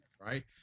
Right